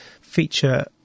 feature